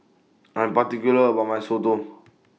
I'm particular about My Soto